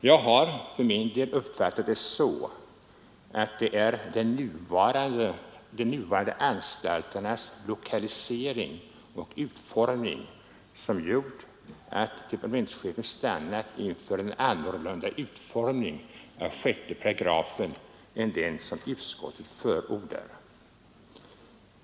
Jag har för min del uppfattat det så att det är de nuvarande anstalternas lokalisering och utformning som gjort att departementschefen stannat inför en annan utformning av 6 8 än den som utskottet förordar.